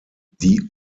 die